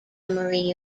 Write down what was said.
emory